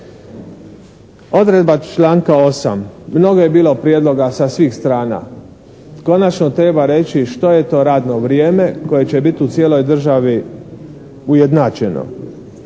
Odredba članka 8. Mnogo je bilo prijedloga sa svih strana. Konačno treba reći što je to radno vrijeme koje će biti u cijeloj državi ujednačeno.